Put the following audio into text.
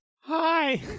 Hi